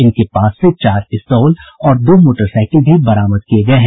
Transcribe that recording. इनके पास से चार पिस्तौल और दो मोटरसाईकिल भी बरामद किये गये हैं